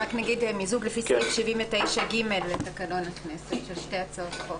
מיזוג לפי סעיף 79(ג) לתקנון הכנסת של שתי הצעות חוק.